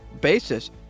basis